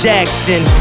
Jackson